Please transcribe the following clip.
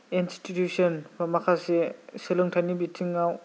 institution बा माखासे सोलोंथायनि बिथिङाव